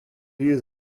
use